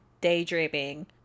daydreaming